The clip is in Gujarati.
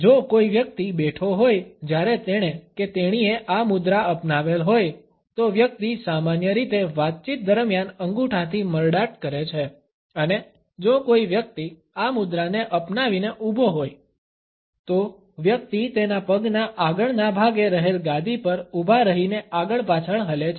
જો કોઈ વ્યક્તિ બેઠો હોય જ્યારે તેણે કે તેણીએ આ મુદ્રા અપનાવેલ હોય તો વ્યક્તિ સામાન્ય રીતે વાતચીત દરમિયાન અંગૂઠાથી મરડાટ કરે છે અને જો કોઈ વ્યક્તિ આ મુદ્રાને અપનાવીને ઊભો હોય તો વ્યક્તિ તેના પગના આગળના ભાગે રહેલ ગાદી પર ઉભા રહીને આગળપાછળ હલે છે